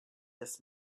this